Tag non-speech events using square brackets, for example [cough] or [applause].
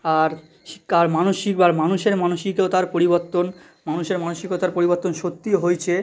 আর শিক্ষার মানসিক [unintelligible] মানুষের মানসিকতার পরিবর্তন মানুষের মানসিকতার পরিবর্তন সত্যি হয়েছে